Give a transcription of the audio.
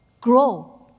grow